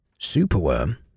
Superworm